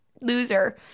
loser